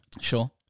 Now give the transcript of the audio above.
sure